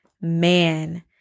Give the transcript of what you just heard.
man